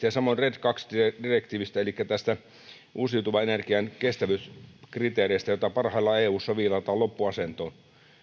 ja samoin red kaksi direktiivistä elikkä uusiutuvan energian kestävyyskriteereistä joita parhaillaan eussa viilataan loppuasentoon